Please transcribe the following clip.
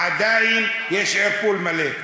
עדיין יש ערפול מלא.